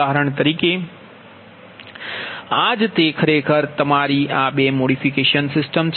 ઉદાહરણ તરીકે આ જ તે ખરેખર તમારી આ 2 મોડિફિકેશન છે